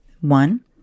One